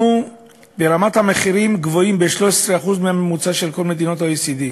אנחנו ברמת המחירים גבוהים ב-13% מהממוצע של כל מדינות ה-OECD